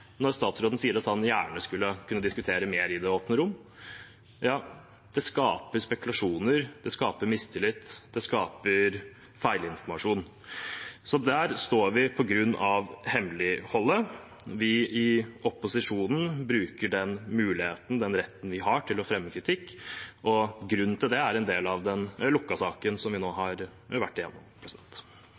det åpne rom. Det skaper spekulasjoner, det skaper mistillit, det skaper feilinformasjon. Der står vi på grunn av hemmeligholdet. Vi i opposisjonen bruker den muligheten og retten vi har til å fremme kritikk, og grunnen til det er en del av den lukkede saken vi nå har vært